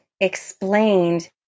explained